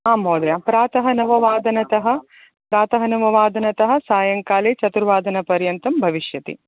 आं महोदय प्रातः नववादनतः प्रातः नववादनतः सायंङ्काले चतुर्वाादनपर्यन्तं भविष्यति